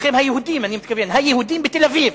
אתכם היהודים, אני מתכוון, היהודים בתל-אביב,